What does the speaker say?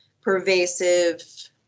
pervasive